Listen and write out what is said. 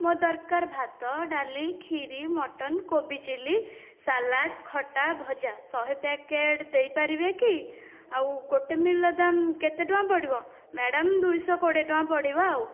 ମୋର ଦରକାର ଭାତ ଡାଲି ଖିରି ମଟନ କୋବି ଚିଲି ସାଲାଡ଼ ଖଟା ଭଜା ଶହେ ପ୍ୟାକେଟ ଦେଇ ପାରିବେ କି ଆଉ ଗୋଟିଏ ମିଲ୍ ର ଦାମ କେତେ ଟଙ୍କା ପଡ଼ିବ ମ୍ୟାଡ଼ାମ ଦୁଇଶହ କୋଡ଼ିଏ ଟଙ୍କା ପଡ଼ିବ ଆଉ